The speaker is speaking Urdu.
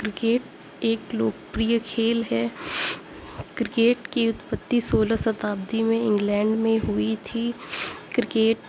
کرکٹ ایک لوکپریہ کھیل ہے کرکٹ کی اتپتی سولہ شتابدی میں انگلینڈ میں ہوئی تھی کرکٹ